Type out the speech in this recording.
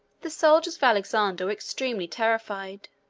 the soldiers of alexander were extremely terrified.